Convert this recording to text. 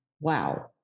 wow